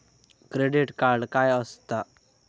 Credit card काय असता?